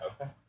okay